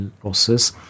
process